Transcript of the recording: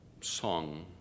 song